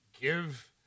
give